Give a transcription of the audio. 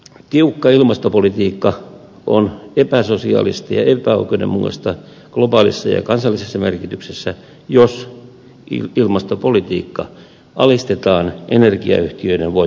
tiukka ilmastopolitiikka on epäsosiaalista ja epäoikeudenmukaista globaalissa ja kansallisessa merkityksessä jos ilmastopolitiikka alistetaan energiayhtiöiden voitontavoittelulle